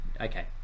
Okay